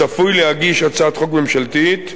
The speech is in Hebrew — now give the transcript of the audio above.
צפוי להגיש הצעת חוק ממשלתית,